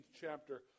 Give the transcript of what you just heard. chapter